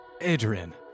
Adrian